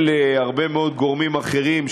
אל הרבה מאוד גורמים אחרים,